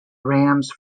rams